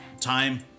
time